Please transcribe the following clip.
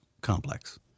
complex